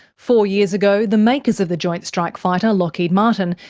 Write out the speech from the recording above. four years ago, the makers of the joint strike fighter, lockheed martin,